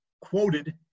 quoted